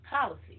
policy